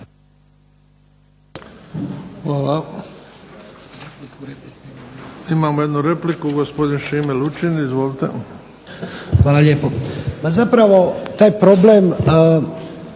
Hvala. Imamo jednu repliku gospodin Šime LUčin. **Lučin, Šime (SDP)** Hvala lijepo. Zapravo, taj problem